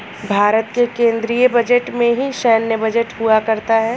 भारत के केन्द्रीय बजट में ही सैन्य बजट हुआ करता है